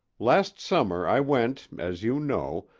last summer i went, as you know,